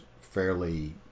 fairly